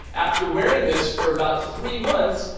after wearing this for about three months,